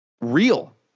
real